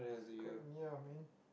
so correct me ah man